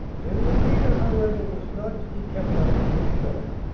general hayter, however, was not to be kept out of this show,